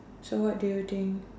so what do you think